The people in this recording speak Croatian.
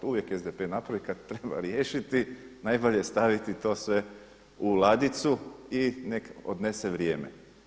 To uvijek SDP napraviti kada treba riješiti, najbolje staviti to sve u ladicu i nek odnese vrijeme.